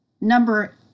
Number